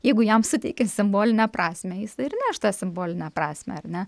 jeigu jam suteikė simbolinę prasmę jisai ir neš tą simbolinę prasmę ar ne